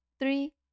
Three